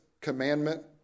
commandment